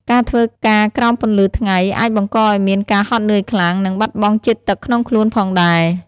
ការធ្វើការក្រោមពន្លឺថ្ងៃអាចបង្កឱ្យមានភាពហត់នឿយខ្លាំង និងបាត់បង់ជាតិទឹកក្នុងខ្លួនផងដែរ។